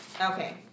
Okay